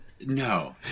No